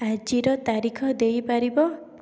ଆଜିର ତାରିଖ ଦେଇପାରିବ